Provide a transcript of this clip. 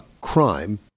crime